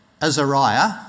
Azariah